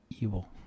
evil